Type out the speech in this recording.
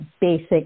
basic